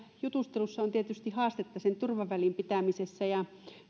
jutustelussa on tietysti haastetta sen turvavälin pitämisessä ja